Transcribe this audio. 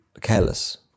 careless